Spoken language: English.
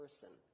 person